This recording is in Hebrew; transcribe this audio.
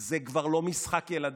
זה כבר לא משחק ילדים,